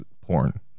porn